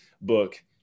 book